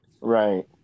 right